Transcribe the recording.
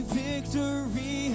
victory